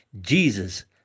Jesus